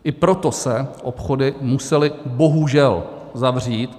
I proto se obchody musely bohužel zavřít.